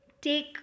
take